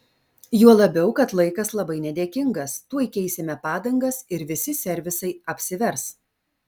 juo labiau kad laikas labai nedėkingas tuoj keisime padangas ir visi servisai apsivers